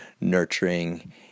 nurturing